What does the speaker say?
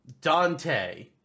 dante